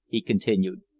he continued,